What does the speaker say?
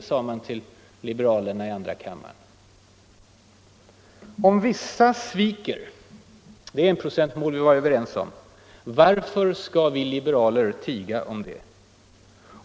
Så sade man till liberalerna i andra kammaren. Och i dag: om vissa sviker det enprocentsmål som vi var överens om, varför skall vi liberaler tiga om det?